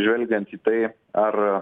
žvelgiant į tai ar